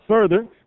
further